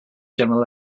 general